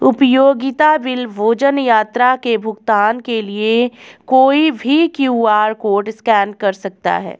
उपयोगिता बिल, भोजन, यात्रा के भुगतान के लिए कोई भी क्यू.आर कोड स्कैन कर सकता है